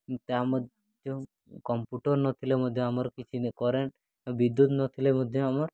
ତା ମଧ୍ୟ କମ୍ପୁଟର୍ ନଥିଲେ ମଧ୍ୟ ଆମର କିଛି ନାହିଁ କରେଣ୍ଟ୍ ବିଦ୍ୟୁତ୍ ନଥିଲେ ମଧ୍ୟ ଆମର